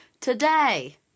today